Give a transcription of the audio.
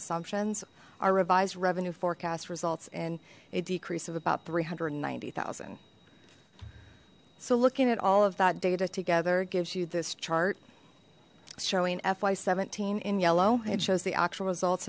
assumptions our revised revenue forecast results in a decrease of about three hundred and ninety thousand so looking at all of that data together gives you this chart showing fy seventeen in yellow it shows the actual results